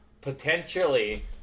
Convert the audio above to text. potentially